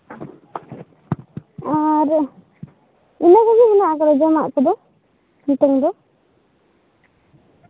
ᱟᱨ ᱤᱱᱟᱹ ᱠᱚᱜᱮ ᱢᱮᱱᱟᱜ ᱟᱛᱚ ᱡᱚᱢᱟᱜ ᱠᱚᱫᱚ ᱱᱤᱛᱚᱝ ᱫᱚ